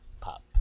pop